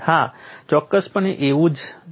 હા ચોક્કસપણે એવું જ છે